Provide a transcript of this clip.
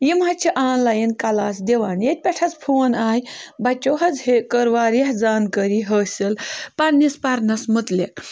یِم حظ چھِ آن لاین کَلاس دِوان ییٚتہِ پٮ۪ٹھ حظ فون آے بَچو حظ ہے کٔر واریاہ زانکٲری حٲصِل پَنٛنِس پَرنَس مُتعلِق